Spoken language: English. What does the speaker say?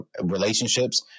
relationships